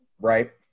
right